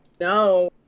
no